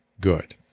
good